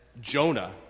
Jonah